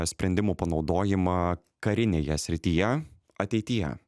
sprendimų panaudojimą karinėje srityje ateityje